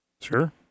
Sure